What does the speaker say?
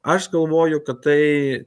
aš galvoju kad tai